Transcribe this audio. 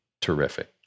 terrific